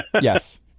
Yes